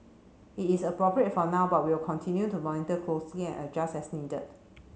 it is appropriate for now but we will continue to monitor closely and adjust as needed